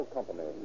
Company